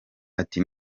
ati